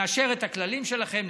נאשר את הכללים שלכם,